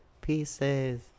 pieces